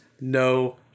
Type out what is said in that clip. no